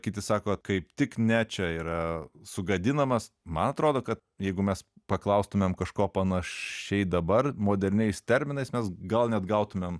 kiti sako kaip tik ne čia yra sugadinamas man atrodo kad jeigu mes paklaustumėm kažko panašiai dabar moderniais terminais mes gal neatgautumėm